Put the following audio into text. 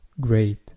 great